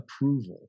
approval